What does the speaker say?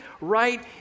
right